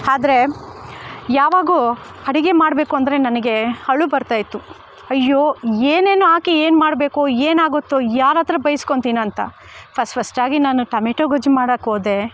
ಆದ್ರೆ ಯಾವಾಗೋ ಅಡಿಗೆ ಮಾಡಬೇಕು ಅಂದರೆ ನನಗೆ ಅಳು ಬರ್ತಾಯಿತ್ತು ಅಯ್ಯೋ ಏನೇನು ಹಾಕಿ ಏನು ಮಾಡಬೇಕು ಏನಾಗುತ್ತೋ ಯಾರತ್ರ ಬೈಸ್ಕೊಳ್ತೀನಿ ಅಂತ ಫಸ್ಟ್ ಫಸ್ಟಾಗಿ ನಾನು ಟೊಮೆಟೋ ಗೊಜ್ಜು ಮಾಡೋಕ್ಕೋದೆ